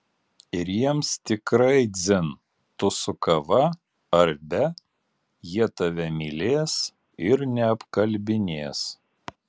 ir jiems tikrai dzin tu su kava ar be jie tave mylės ir neapkalbinės